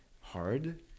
hard